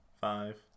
five